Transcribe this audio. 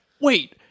wait